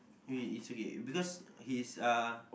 it it's okay because he's a